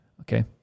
okay